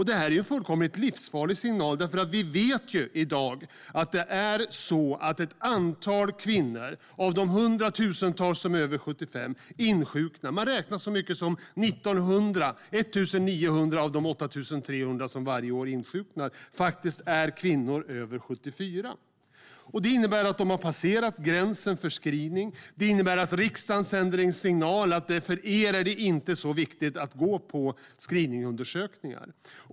Det är en fullkomligt livsfarlig signal eftersom vi vet att 1 900 av de 8 300 kvinnor som varje år insjuknar är över 74 år. Det innebär att de har passerat gränsen för screening. Det innebär att riksdagen sänder en signal att det inte är så viktigt för dem att gå på screening.